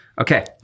Okay